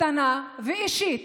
קטנה ואישית